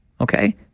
Okay